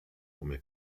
come